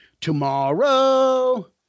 Tomorrow